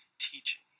teaching